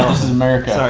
is america. sorry.